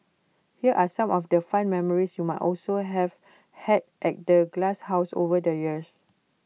here are some of the fun memories you might also have had at the glasshouse over the years